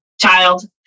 Child